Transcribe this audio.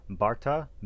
Barta